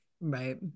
Right